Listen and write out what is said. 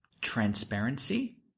transparency